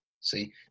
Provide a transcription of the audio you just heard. See